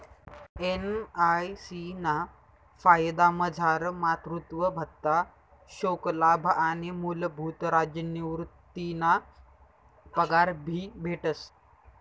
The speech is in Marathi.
एन.आय.सी ना फायदामझार मातृत्व भत्ता, शोकलाभ आणि मूलभूत राज्य निवृतीना पगार भी भेटस